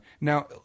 now